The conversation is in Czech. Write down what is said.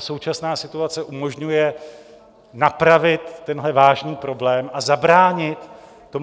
Současná situace nám umožňuje napravit tenhle vážný problém a zabránit